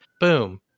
Boom